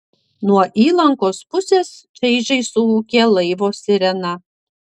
nuo įlankos pusės čaižiai suūkė laivo sirena